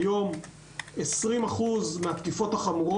היום 20% מהתקיפות,